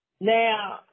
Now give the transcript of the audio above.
Now